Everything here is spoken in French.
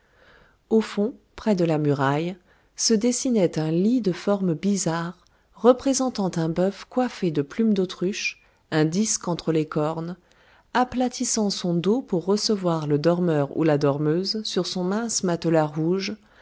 au fond près de la muraille se dessinait un lit de forme bizarre représentant un bœuf coiffé de plumes d'autruche un disque entre les cornes aplatissant son dos pour recevoir le dormeur ou la dormeuse sur son mince matelas rouge